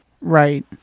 Right